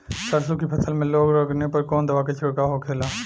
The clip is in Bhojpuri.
सरसों की फसल में रोग लगने पर कौन दवा के छिड़काव होखेला?